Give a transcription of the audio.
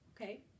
okay